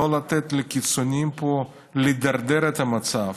לא לתת לקיצוניים פה לדרדר את המצב.